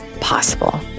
possible